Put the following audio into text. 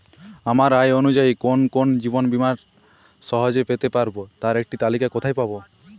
আমার আয় অনুযায়ী কোন কোন জীবন বীমা সহজে পেতে পারব তার একটি তালিকা কোথায় পাবো?